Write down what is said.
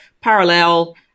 parallel